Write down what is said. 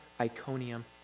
Iconium